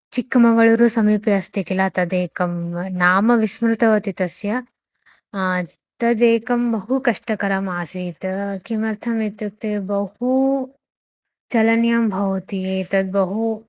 चिक्कमगळूरु समीपे अस्ति किल तदेकं नाम विस्मृतवती तस्य तदेकं बहु कष्टकरम् आसीत् किमर्थम् इत्युक्ते बहु चलनीयं भवति एतद् बहु